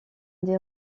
des